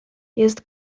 jest